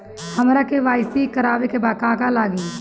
हमरा के.वाइ.सी करबाबे के बा का का लागि?